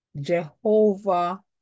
Jehovah